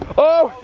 oh,